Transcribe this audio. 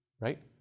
right